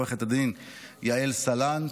עו"ד יעל סלנט,